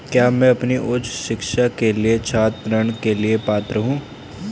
क्या मैं अपनी उच्च शिक्षा के लिए छात्र ऋण के लिए पात्र हूँ?